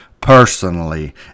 personally